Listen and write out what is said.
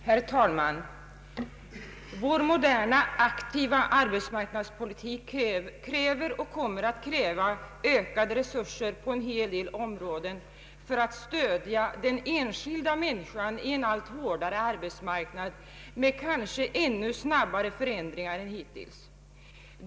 Herr talman! Vår moderna aktiva arbetsmarknadspolitik kräver och kommer att kräva ökade resurser på en hel del områden för att stödja den enskilda människan i en allt hårdare arbetsmarknad med kanske ännu snabbare förändringar än hittills.